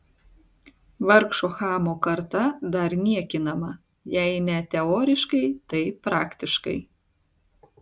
vargšo chamo karta dar niekinama jei ne teoriškai tai praktiškai